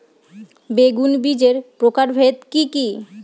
বেগুন বীজের প্রকারভেদ কি কী?